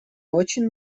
очень